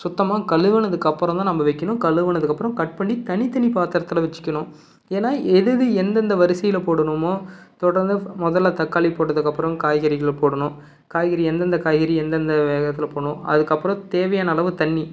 சுத்தமாக கழுவுனதுக்கு அப்புறம் தான் நம்ம வைக்கணும் கழுவுனதுக்கு அப்புறம் கட் பண்ணி தனித்தனி பாத்திரத்துல வச்சுக்கணும் ஏன்னால் எது எது எந்தெந்த வரிசையில் போடணுமோ தொடர்ந்து முதல்ல தக்காளி போட்டதுக்கு அப்புறம் காய்கறிகளை போடணும் காய்கறி எந்தெந்த காய்கறி எந்தெந்த வேகத்தில் போடணும் அதுக்கப்புறம் தேவையான அளவு தண்ணி